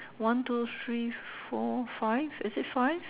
one two three four five is it five